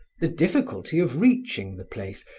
the difficulty of reaching the place,